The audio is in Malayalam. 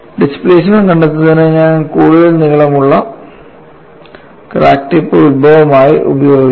ഡിസ്പ്ലേസ്മെൻറ് കണ്ടെത്തുന്നതിന് ഞാൻ കൂടുതൽ നീളമുള്ള ക്രാക്ക് ടിപ്പ് ഉത്ഭവം ആയി ഉപയോഗിക്കും